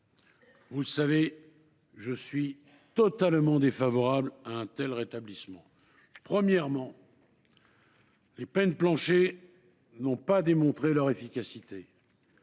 Vous le savez, je suis totalement défavorable à un tel rétablissement. Premièrement, les peines planchers n’ont pas démontré leur efficacité.